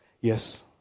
yes